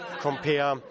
compare